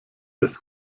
des